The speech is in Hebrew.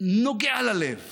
נוגע ללב